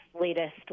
latest